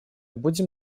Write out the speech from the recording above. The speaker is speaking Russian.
будем